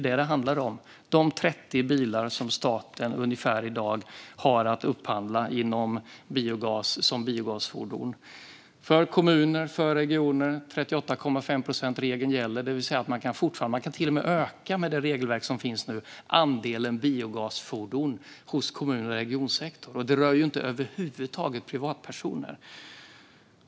Det här handlar om de 30 bilmodeller som staten har att upphandla som biogasfordon. 38,5-procentsregeln gäller för kommuner och regioner. Med det regelverk som finns nu kan man till och med öka andelen biogasfordon hos kommuner och regioner. Det rör över huvud taget inte privatpersoner.